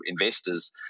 investors